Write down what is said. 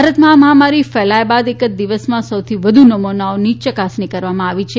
ભારતમાં આ મહામારી ફેલાયા બાદ એક દિવસમાં સૌથી વધુ નમૂનાઓની યકાસણી કરવામાં આવી છે